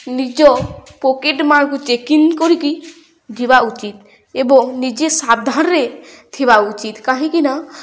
ନିଜ ପକେଟ୍ ମାର୍ କୁ ଚେକିଙ୍ଗ କରିକି ଯିବା ଉଚିତ ଏବଂ ନିଜେ ସାବଧାନରେ ଥିବା ଉଚିତ୍ କାହିଁକିନା